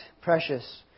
precious